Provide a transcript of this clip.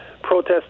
Protests